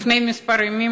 חבר הכנסת יונה.